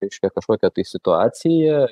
reiškia kažkokią tai situaciją